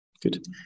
Good